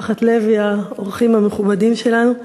משפחת לוי, האורחים המכובדים שלנו,